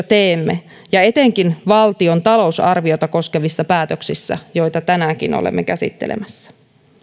teemme ja etenkin valtion talousarviota koskevissa päätöksissä joita tänäänkin olemme käsittelemässä